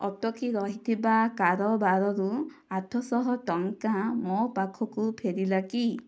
ଅଟକି ରହିଥିବା କାରବାରରୁ ଆଠଶହ ଟଙ୍କା ମୋ ପାଖକୁ ଫେରିଲା କି